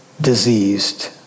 diseased